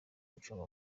gucunga